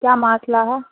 کیا مسئلہ ہے